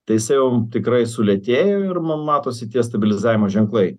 tai jisai jau tikrai sulėtėjo ir matosi tie stabilizavimo ženklai